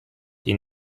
die